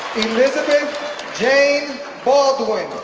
elizabeth jane baldwin,